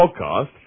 podcast